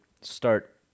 start